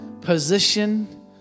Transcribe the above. position